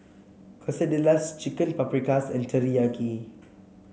Quesadillas Chicken Paprikas and Teriyaki